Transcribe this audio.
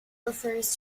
refers